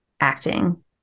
acting